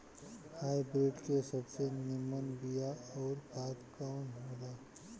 Hybrid के सबसे नीमन बीया अउर खाद कवन हो ला?